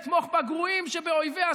לתמוך בגרועים שבאויביה,